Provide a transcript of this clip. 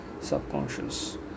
subconscious